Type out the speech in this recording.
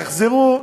יחזרו,